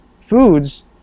foods